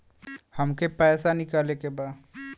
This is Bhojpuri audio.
हमके पैसा निकाले के बा